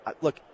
look